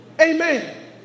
Amen